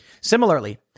Similarly